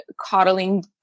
coddling